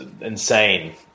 insane